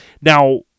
Now